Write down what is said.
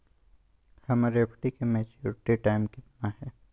हमर एफ.डी के maturity time कितना है?